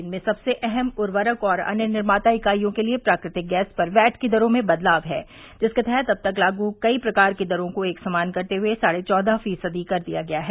इनमें सबसे अहम उर्वरक और अन्य निर्माता इकाईयों के लिए प्राकृतिक गैस पर वैट की दरों में बदलाव है जिसके तहत अब तक लागू कई प्रकार की दरों को एक समान करते हुए साढ़े चौदह फीसदी कर दिया गया है